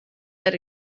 that